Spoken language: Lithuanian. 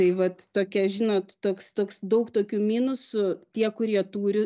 tai vat tokia žinot toks toks daug tokių minusų tie kurie turi